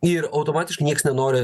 ir automatiškai nieks nenori